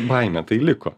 baimė tai liko